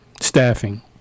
staffing